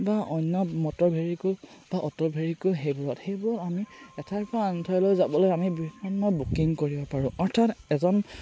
বা অন্য motor vehicle বা অ'টো ভেহিকুল সেইবোৰত সেইবোৰ আমি এঠাইৰ পৰা আনঠাইলৈ যাবলৈ আমি বিভিন্ন বুকিং কৰিব পাৰোঁ অৰ্থাৎ এজন